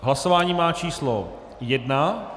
Hlasování má číslo 1.